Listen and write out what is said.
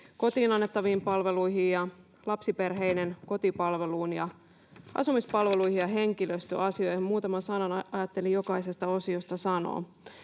kotiin annettaviin palveluihin, lapsiperheiden kotipalveluun, asumispalveluihin ja henkilöstöasioihin. Muutaman sanan ajattelin jokaisesta osiosta sanoa.